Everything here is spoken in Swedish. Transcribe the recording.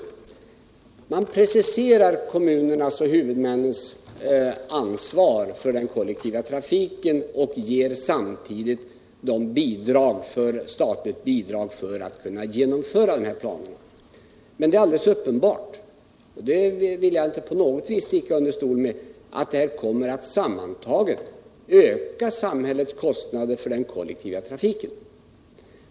Man preciserar kommunernas och huvudmännens ansvar för den kollektiva trafiken och ger dem samtidigt statligt bidrag för att kunna genomföra planerna. Det är alldeles uppenbart — det vill jag inte sticka under stol med att jag tycker — att detta sammantaget kommer att öka samhällets kostnader för den kollektiva trafiken.